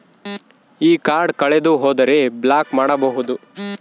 ಈ ಕಾರ್ಡ್ ಕಳೆದು ಹೋದರೆ ಬ್ಲಾಕ್ ಮಾಡಬಹುದು?